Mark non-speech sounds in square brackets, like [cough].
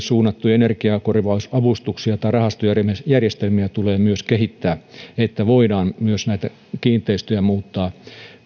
[unintelligible] suunnattuja energiakorvausavustuksia tai rahastojärjestelmiä tulee myös kehittää että voidaan myös näitä kiinteistöjä muuttaa